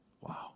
Wow